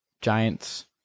Giants